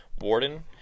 warden